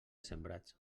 sembrats